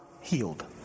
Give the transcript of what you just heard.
healed